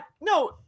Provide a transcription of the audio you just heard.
no